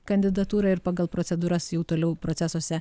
kandidatūrą ir pagal procedūras jau toliau procesuose